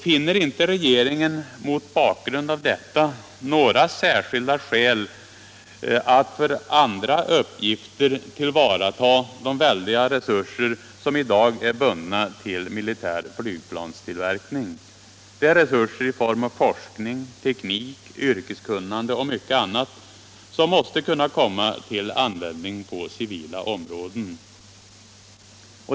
Finner inte regeringen mot bakgrund av detta några särskilda skäl att för andra uppgifter tillvarata de väldiga resurser som i dag är bundna till militär flygplanstillverkning? Det är resurser i form av forskning, teknik, yrkeskunnande och mycket annat som måste kunna komma till användning på civila områden.